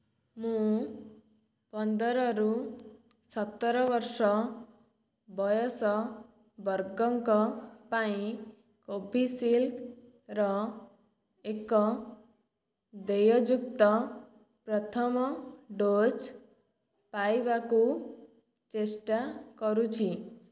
ମୁଁ ପନ୍ଦରରୁ ସତର ବର୍ଷ ବୟସ ବର୍ଗଙ୍କ ପାଇଁ କୋଭିସିଲ୍ଡର ଏକ ଦେୟଯୁକ୍ତ ପ୍ରଥମ ଡୋଜ୍ ପାଇବାକୁ ଚେଷ୍ଟା କରୁଛି